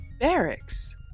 barracks